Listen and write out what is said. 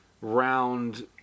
round